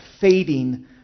fading